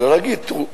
אלא להגיד: תראו,